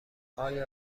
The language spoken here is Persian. آیا